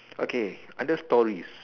okay under stories